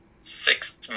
six